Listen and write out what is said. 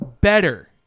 better